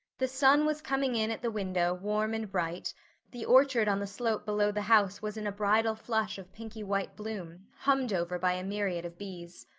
the sun was coming in at the window warm and bright the orchard on the slope below the house was in a bridal flush of pinky-white bloom, hummed over by a myriad of bees.